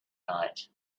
night